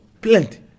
Plenty